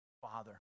Father